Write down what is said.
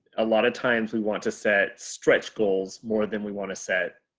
a lot of times we want to set stretch goals more than we want to set